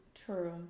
True